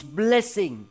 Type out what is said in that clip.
blessing